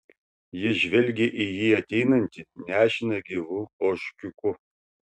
ji žvelgė į jį ateinantį nešiną gyvu ožkiuku